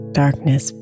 darkness